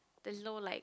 there's no like